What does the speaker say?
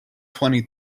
twenty